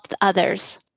others